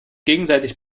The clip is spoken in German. gegenseitig